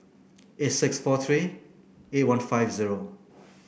eight six four three eight one five zero